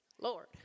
Lord